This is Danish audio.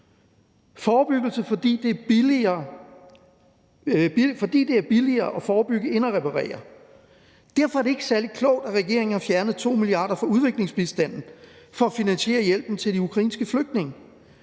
forebyggelse, fordi det er billigere at forebygge end at reparere. Derfor er det ikke særlig klogt, at regeringen har fjernet 2 mia. kr. fra udviklingsbistanden for at finansiere hjælpen til de ukrainske flygtninge.